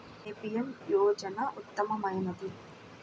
ఏ PM యోజన ఉత్తమమైనది?